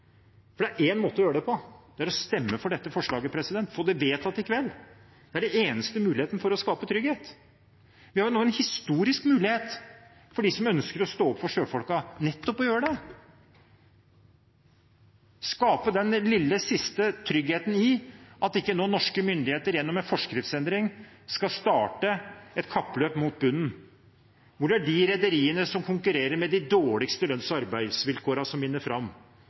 Det er en måte å gjøre det på, og det er å stemme for dette forslaget og få det vedtatt i kveld. Det er den eneste muligheten for å skape trygghet. De som ønsker å stå opp for sjøfolkene, har jo nå en historisk mulighet til nettopp å gjøre det, å skape den lille, siste tryggheten for at ikke norske myndigheter gjennom en forskriftsendring skal starte et kappløp mot bunnen, hvor det er de rederiene som konkurrer med de dårligste lønns- og arbeidsvilkårene, som vinner fram.